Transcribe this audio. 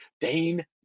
Dane